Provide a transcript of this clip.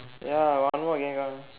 ya one more again come